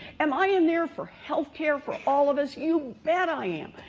am i in there for health care for all of us? you bet i am.